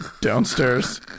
downstairs